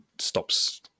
stops